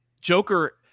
Joker